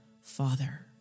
Father